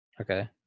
Okay